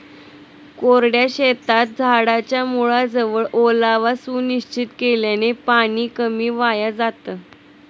कोरड्या शेतात झाडाच्या मुळाजवळ ओलावा सुनिश्चित केल्याने पाणी कमी वाया जातं